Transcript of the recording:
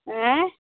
आएँ